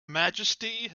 majesty